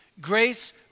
Grace